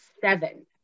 seven